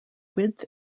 width